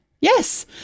Yes